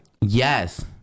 yes